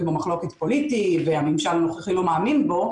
במחלוקת פוליטית והממשל הנוכחי לא מאמין בו,